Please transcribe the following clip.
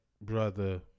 brother